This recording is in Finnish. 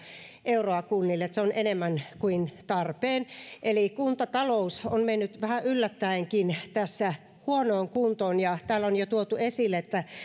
euroa kunnille se on enemmän kuin tarpeen kuntatalous on mennyt vähän yllättäinkin huonoon kuntoon ja täällä on jo tuotu esille että